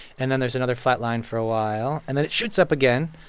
and then there's another flatline for a while. and then it shoots up again.